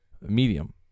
medium